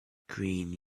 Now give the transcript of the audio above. green